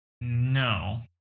no